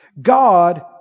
God